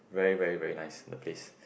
very very very nice the place